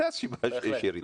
זו הסיבה שיש ירידה.